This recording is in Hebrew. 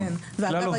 ואגב,